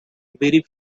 very